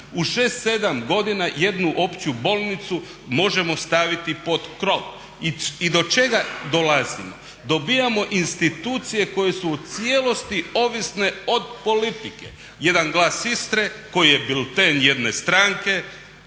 U 6, 7 godina jednu opću bolnicu možemo staviti pod krov. I do čega dolazimo? Dobivamo institucije koje su u cijelosti ovisne od politike. Jedan Glas Istre koji je bilten jedne stranke